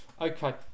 Okay